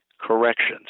corrections